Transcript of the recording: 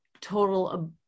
total